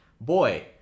boy